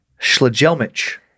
Schlegelmich